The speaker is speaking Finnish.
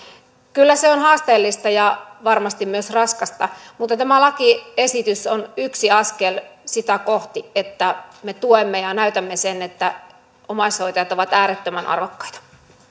kyllä se on haasteellista ja varmasti myös raskasta tämä lakiesitys on yksi askel sitä kohti että me tuemme ja näytämme sen että omaishoitajat ovat äärettömän arvokkaita